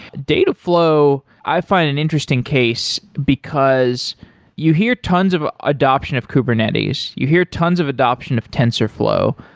dataflow, i find an interesting case because you hear tons of adoption of kubernetes, you hear tons of adoption of tensorflow,